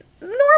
normal